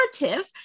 narrative